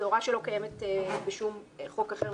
זו הוראה שלא קיימת בשום חוק אחר.